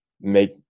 make